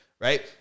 right